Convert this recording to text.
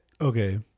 Okay